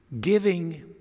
Giving